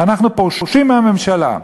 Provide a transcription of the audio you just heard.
אנחנו פורשים מהממשלה.